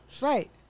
Right